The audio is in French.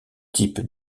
type